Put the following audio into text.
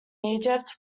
egypt